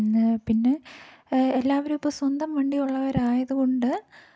ന്നെ പിന്നെ എല്ലാവരും ഇപ്പോള് സ്വന്തം വണ്ടി ഉള്ളവരായതുകൊണ്ട്